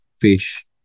fish